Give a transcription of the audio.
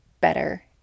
better